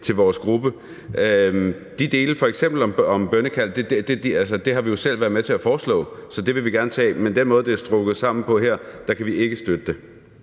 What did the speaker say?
til vores gruppe. Delene om f.eks. bønnekald har vi jo selv været med til at foreslå, så det vil vi gerne tage. Men den måde, det er strikket sammen på her, gør, at vi ikke kan støtte det.